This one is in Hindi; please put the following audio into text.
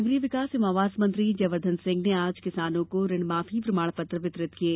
नगरीय विकास एवं आवास मंत्री जयवर्धन सिंह ने आज किसानों को ऋण माफी प्रमाण पत्र वितरित किये